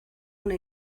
una